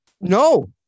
No